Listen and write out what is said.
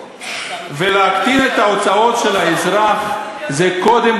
ולהקטין את ההוצאות של האזרח זה קודם